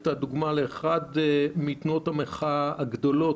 את הדוגמה לאחת מתנועות המחאה הגדולות